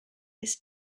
this